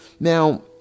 Now